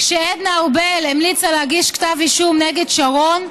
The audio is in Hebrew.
כשעדנה ארבל המליצה להגיש כתב אישום נגד שרון,